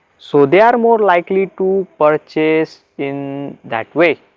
so they are more likely to purchase in that way.